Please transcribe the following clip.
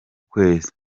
kwezi